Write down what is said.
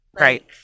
right